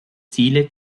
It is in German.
ziele